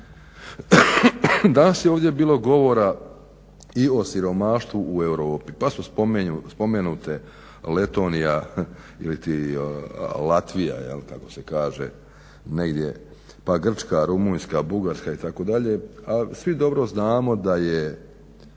Danas je ovdje bilo govora i o siromaštvu u Europi pa su spomenute Letonija ili Latvija kako se kaže negdje, pa Grčka, Rumunjska, Bugarska itd.. A svi dobro znamo da je